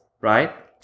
right